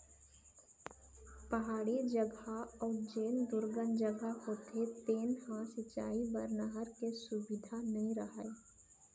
पहाड़ी जघा अउ जेन दुरगन जघा होथे तेन ह सिंचई बर नहर के सुबिधा नइ रहय